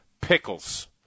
pickles